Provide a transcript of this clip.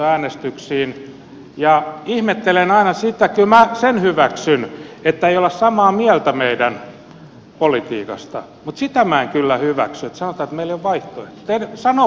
mutta ihmettelen aina sitä kyllä minä sen hyväksyn että ei olla samaa mieltä meidän politiikasta mutta sitä minä en kyllä hyväksy että sanotaan että meillä ei ole vaihtoehtoa